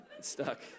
stuck